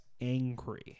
angry